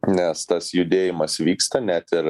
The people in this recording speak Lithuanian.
nes tas judėjimas vyksta net ir